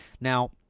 now